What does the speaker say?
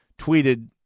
tweeted